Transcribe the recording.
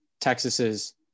texas's